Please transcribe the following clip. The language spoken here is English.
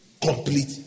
complete